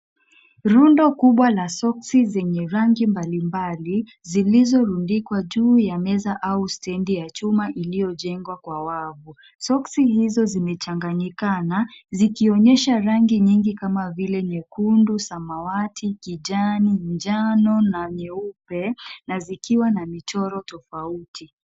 Rundo kubwa la soksi zenye rangi mbalimbali, zilizorundikwa juu ya meza au stendi ya chuma iliyojengwa kwa wavu. Soksi hizo zimechanganyikana, zikionyesha rangi nyingi kama vile nyekundu, samawati, kijani, njano na nyeupe na zikiwa na michoro tofauti.